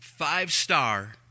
Five-star